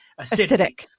acidic